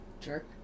Jerk